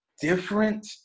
different